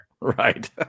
right